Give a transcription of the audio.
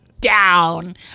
down